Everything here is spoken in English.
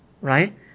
Right